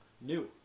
new